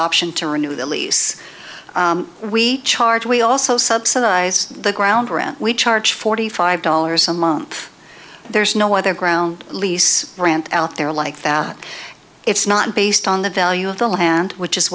option to renew the lease we charge we also subsidize the ground rent we charge forty five dollars a month there's no other ground lease rent out there like that it's not based on the value of the land which is